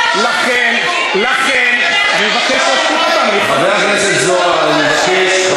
לכן, חבר הכנסת זוהר, אני מבקש.